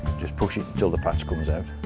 just push it until the patch comes out.